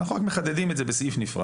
אנחנו רק מחדדים את זה בסעיף נפרד,